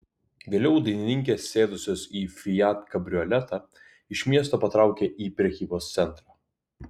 vėliau dainininkės sėdusios į fiat kabrioletą iš miesto patraukė į prekybos centrą